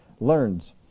learns